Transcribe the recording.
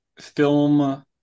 film